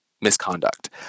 misconduct